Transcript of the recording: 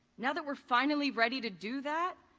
now that we're finally ready to do that,